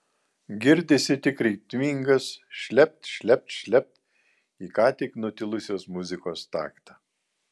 girdisi tik ritmingas šlept šlept šlept į ką tik nutilusios muzikos taktą